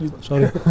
Sorry